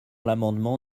l’amendement